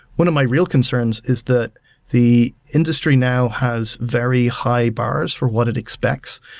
one of my real concerns is that the industry now has very high bars for what it expects.